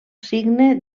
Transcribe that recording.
signe